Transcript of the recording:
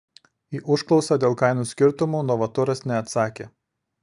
į užklausą dėl kainų skirtumų novaturas neatsakė